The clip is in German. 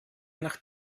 nach